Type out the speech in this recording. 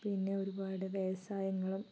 പിന്നെ ഒരുപാട് വ്യവസായങ്ങളും